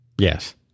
Yes